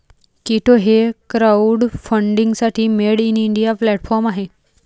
कीटो हे क्राउडफंडिंगसाठी made in India platform आहे